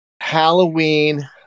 Halloween